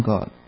God